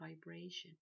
vibration